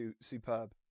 superb